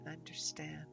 understand